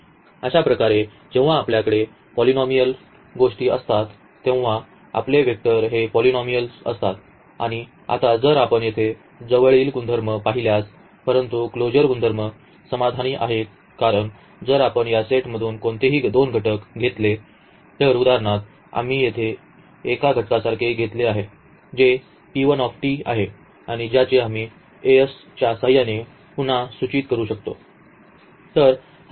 अशा प्रकारे जेव्हा आपल्याकडे आता पॉलिनॉमीयल गोष्टी असतात तेव्हा आपले वेक्टर हे पॉलिनॉमीयल असतात आणि आता जर आपण येथे जवळील गुणधर्म पाहिल्यास परंतु क्लोजर गुणधर्म समाधानी आहेत कारण जर आपण या सेटमधून कोणतेही दोन घटक घेतले तर उदाहरणार्थ आम्ही येथे एका घटकासारखे घेतले आहे जे आहे आणि ज्याचे आम्ही a's च्या सहाय्याने पुन्हा सूचित करू शकतो